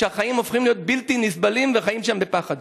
שהחיים הופכים להיות בלתי נסבלים וחיים שם בפחד.